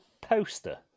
poster